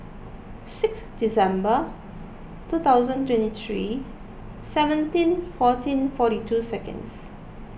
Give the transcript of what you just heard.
six December two thousand twenty three seventeen fourteen forty two seconds